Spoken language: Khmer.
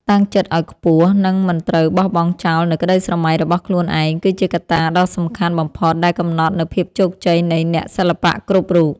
តាំងចិត្តឱ្យខ្ពស់ និងមិនត្រូវបោះបង់ចោលនូវក្តីស្រមៃរបស់ខ្លួនឯងគឺជាកត្តាដ៏សំខាន់បំផុតដែលកំណត់នូវភាពជោគជ័យនៃអ្នកសិល្បៈគ្រប់រូប។